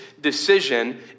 decision